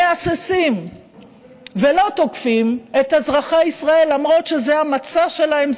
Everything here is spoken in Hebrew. מהססים ולא תוקפים את אזרחי ישראל למרות שזה המצע שלהם,